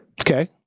Okay